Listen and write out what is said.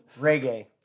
Reggae